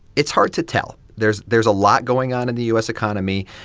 it's hard to tell. there's there's a lot going on in the u s. economy.